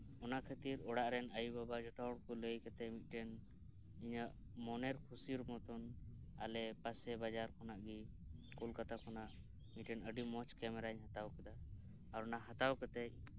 ᱚᱱᱟ ᱠᱷᱟᱹᱛᱤᱨ ᱚᱲᱟᱜ ᱨᱮᱱ ᱟᱭᱳ ᱵᱟᱵᱟ ᱡᱚᱛᱚ ᱦᱚᱲ ᱠᱚ ᱞᱟᱹᱭ ᱠᱟᱛᱮ ᱢᱤᱫᱴᱮᱱ ᱤᱧᱟᱹᱜ ᱢᱚᱱᱮᱨ ᱠᱩᱥᱤᱨ ᱢᱚᱛᱚᱱ ᱟᱞᱮ ᱯᱟᱥᱮ ᱵᱟᱡᱟᱨ ᱠᱷᱚᱱᱟᱜ ᱜᱮ ᱠᱳᱞᱠᱟᱛᱟ ᱠᱷᱚᱱᱟᱜ ᱢᱤᱫᱴᱮᱱ ᱟᱹᱰᱤ ᱢᱚᱸᱡᱽ ᱠᱮᱢᱮᱨᱟᱧ ᱦᱟᱛᱟᱣ ᱠᱮᱫᱟ ᱟᱨ ᱚᱱᱟ ᱦᱟᱛᱟᱣ ᱠᱟᱛᱮᱫ